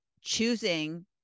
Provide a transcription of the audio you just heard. choosing